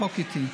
החוק איתי.